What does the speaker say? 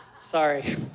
sorry